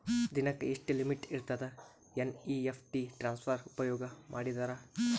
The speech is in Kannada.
ದಿನಕ್ಕ ಎಷ್ಟ ಲಿಮಿಟ್ ಇರತದ ಎನ್.ಇ.ಎಫ್.ಟಿ ಟ್ರಾನ್ಸಫರ್ ಉಪಯೋಗ ಮಾಡಿದರ?